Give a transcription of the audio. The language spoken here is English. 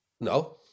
No